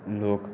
लोक